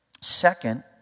Second